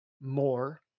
more